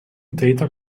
data